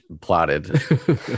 plotted